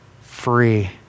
free